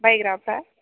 बायग्राफ्रा